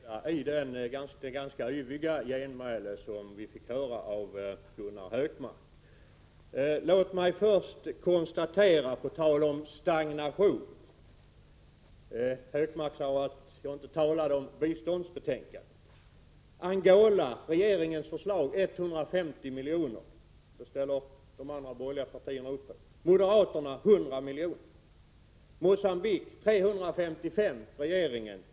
Herr talman! Jag skall försöka bringa någon reda i det ganska yviga genmäle vi fick höra från Gunnar Hökmark. Låt mig först göra ett konstaterande på tal om stagnation. Gunnar Hökmark sade att jag inte talade om biståndsbetänkandet. Regeringens förslag om bistånd till Angola innebär 150 miljoner till landet. Det ställer de andra borgerliga partierna upp på. Moderaterna vill ge 100 miljoner till Angola. Regeringen vill ge 355 miljoner till Mogambique.